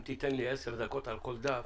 אם תיתן לי עשר דקות על כל דף,